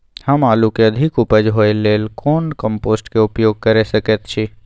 हम आलू के अधिक उपज होय लेल कोन कम्पोस्ट के उपयोग कैर सकेत छी?